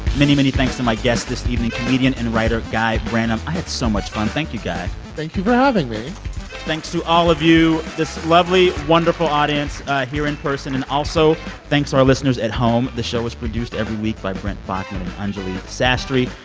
many, many thanks to my guest this evening comedian and writer guy branum. i had so much fun. thank you, guy thank you for having me thanks to all of you, this lovely wonderful audience here in person. and also thanks to our listeners at home. this show was produced every week by brent baughman and anjuli sastry.